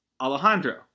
Alejandro